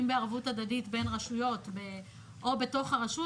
אם בערבות הדדית בין רשויות או בתוך הרשות.